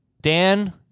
Dan